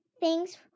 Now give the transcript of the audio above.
Thanks